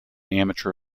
amateur